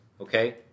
Okay